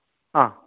ആ